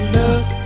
look